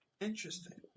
Interesting